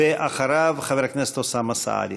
ואחריו, חבר הכנסת אוסאמה סעדי.